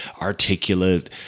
articulate